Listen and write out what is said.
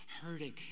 hurting